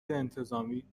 انتظامی